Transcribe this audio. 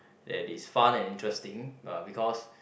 that is fun and interesting uh because